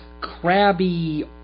Crabby